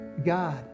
God